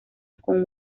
con